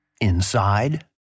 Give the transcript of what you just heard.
Inside